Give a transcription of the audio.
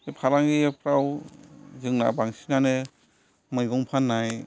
बे फालांगिफ्राव जोंना बांसिनानो मैगं फाननाय